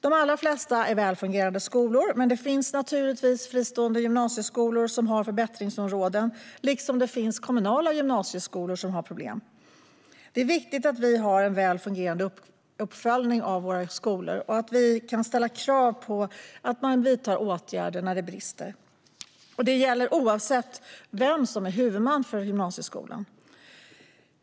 De allra flesta är välfungerande skolor, men det finns naturligtvis fristående gymnasieskolor som har förbättringsområden - liksom det finns kommunala gymnasieskolor som har problem. Det är viktigt att vi har en väl fungerande uppföljning av våra skolor och att vi kan ställa krav på att man vidtar åtgärder när kvaliteten brister. Det gäller oavsett vem som är huvudman för gymnasieskolan.